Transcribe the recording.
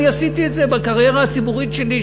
אני עשיתי את זה בקריירה הציבורית שלי,